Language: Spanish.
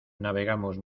navegamos